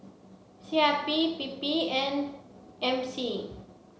C I P P P and M C